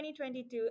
2022